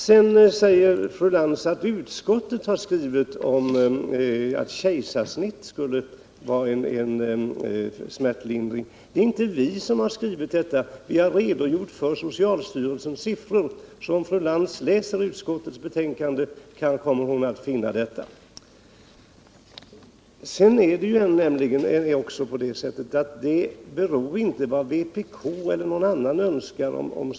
Fru Lantz säger att utskottet skrivit att kejsarsnitt skulle vara en smärtlindringsmetod. Det är inte vi som skrivit det, utan vi har redogjort för socialstyrelsens siffror. Om fru Lantz läser utskottsbetänkandet kommer hon att finna det. Smärtlindring beror ju inte bara på vad vpk och andra önskar.